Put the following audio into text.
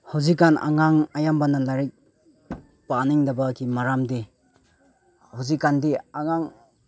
ꯍꯧꯖꯤꯛꯀꯥꯟ ꯑꯉꯥꯡ ꯑꯌꯥꯝꯕꯅ ꯂꯥꯏꯔꯤꯛ ꯄꯥꯅꯤꯡꯗꯕꯒꯤ ꯃꯔꯝꯗꯤ ꯍꯧꯖꯤꯛꯀꯥꯟꯗꯤ ꯑꯉꯥꯡ